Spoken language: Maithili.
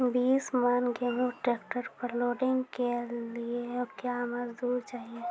बीस मन गेहूँ ट्रैक्टर पर लोडिंग के लिए क्या मजदूर चाहिए?